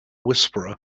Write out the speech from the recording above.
whisperer